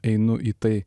einu į tai